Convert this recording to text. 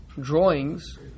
drawings